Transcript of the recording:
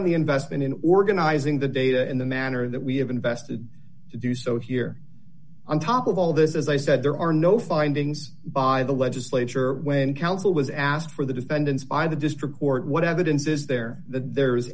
on the investment in organizing the data in the manner that we have invested to do so here on top of all this as i said there are no findings by the legislature when counsel was asked for the defendants by the district court what evidence is there th